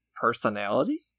personality